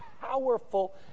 powerful